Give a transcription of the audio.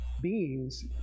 beings